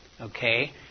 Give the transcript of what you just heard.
Okay